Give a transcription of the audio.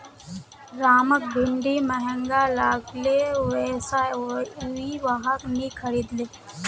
रामक भिंडी महंगा लागले वै स उइ वहाक नी खरीदले